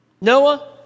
Noah